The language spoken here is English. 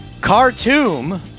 Khartoum